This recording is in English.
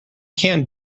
can